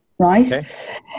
Right